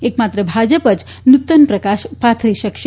એક માત્ર ભાજપ જ નૂતનપ્રકાશ પાથરી શકશે